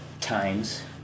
times